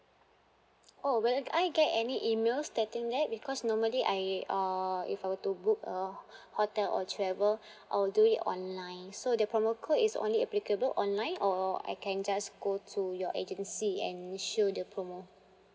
oh will I get any email stating that because normally I uh if I were to book a hotel or travel I will do it online so the promo code is only applicable online or I can just go to your agency and show the promo